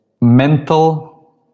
Mental